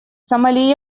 сомали